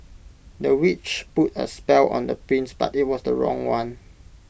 the witch put A spell on the prince but IT was the wrong one